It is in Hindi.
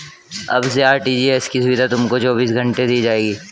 अब से आर.टी.जी.एस की सुविधा तुमको चौबीस घंटे दी जाएगी